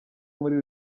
muri